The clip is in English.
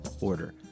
order